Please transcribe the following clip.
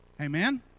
Amen